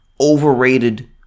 overrated